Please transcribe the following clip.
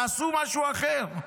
תעשו משהו אחר,